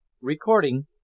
Recording